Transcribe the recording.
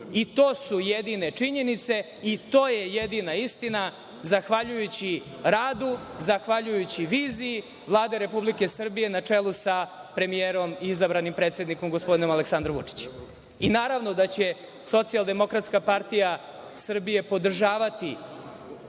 To su jedine činjenice i to je jedina istina, zahvaljujući radu, zahvaljujući viziji Vlade Republike Srbije, na čelu sa premijerom i izabranim predsednikom gospodinom Aleksandrom Vučićem. Naravno da će Socijaldemokratska partija Srbije podržavati